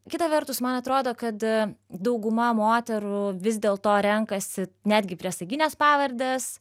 kita vertus man atrodo kad dauguma moterų vis dėlto renkasi netgi priesagines pavardes